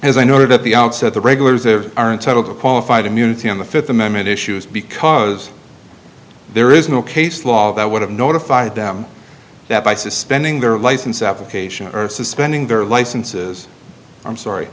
as i noted at the outset the regulars of are entitled to qualified immunity on the fifth amendment issues because there is no case law that would have notified them that by suspending their license application or suspending their licenses i'm sorry